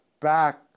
back